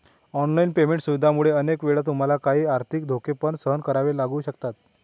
online payment सुविधांमुळे अनेक वेळा तुम्हाला काही आर्थिक धोके पण सहन करावे लागू शकतात